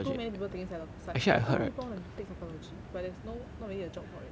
too many people taking psylo~ psych !aiya! too many people want to take psychology but there's no not really a job for it